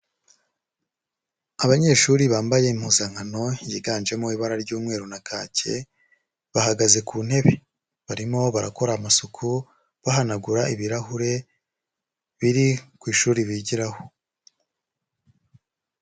Abanyeshuri bambaye impuzankano yiganjemo ibara ry'umweru na kake, bahagaze ku ntebe barimo barakora amasuku bahanagura ibirahure biri ku ishuri bigiraho.